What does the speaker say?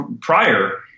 prior